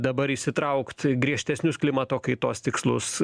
dabar įsitraukt griežtesnius klimato kaitos tikslus